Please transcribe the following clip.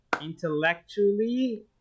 intellectually